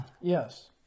Yes